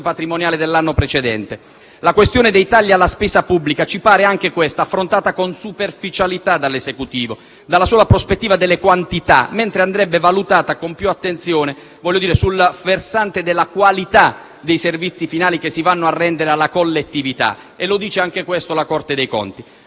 patrimoniale dell'anno precedente. La questione dei tagli alla spesa pubblica ci pare, anche questa, affrontata con superficialità dall'Esecutivo dalla sola prospettiva delle quantità, mentre andrebbe valutata con più attenzione sul versante della qualità dei servizi finali che si vanno a rendere alla collettività; anche questo è evidenziato